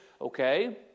okay